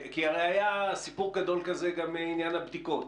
כי היה סיפור גדול כזה גם לעניין הבדיקות,